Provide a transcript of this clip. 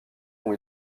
ont